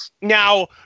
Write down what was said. Now